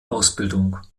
ausbildung